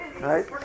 Right